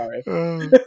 sorry